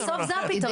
בסוף זה הפיתרון.